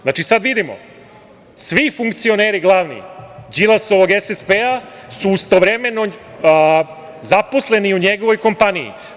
Znači, sada vidimo, svi funkcioneri glavni Đilasovog SSP-a su istovremeno zaposleni u njegovoj kompaniji.